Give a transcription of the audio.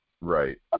Right